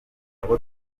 abo